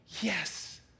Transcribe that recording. yes